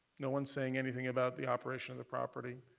no one's saying anything about the operation of the property.